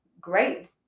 great